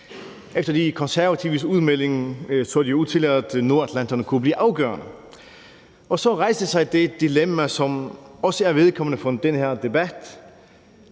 Efter De Konservatives udmelding så det ud til, at nordatlanterne kunne blive afgørende. Så rejste der sig det dilemma, som også er vedkommende for den her debat,